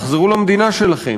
תחזרו למדינה שלכם".